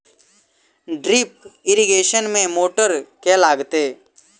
Drip irrigation मे motor केँ लागतै?